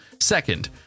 Second